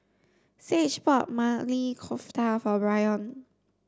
Sage bought Maili Kofta for Byron